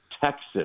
Texas